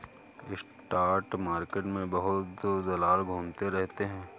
spot market में बहुत दलाल घूमते रहते हैं